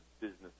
business